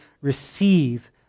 receive